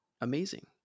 Amazing